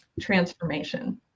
transformation